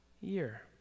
year